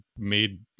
made